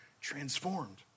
transformed